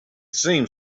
seemed